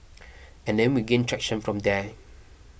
and then we gained traction from there